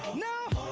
no